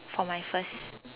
for my first